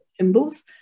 symbols